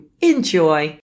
Enjoy